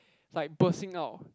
like bursting out